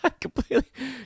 completely